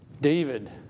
David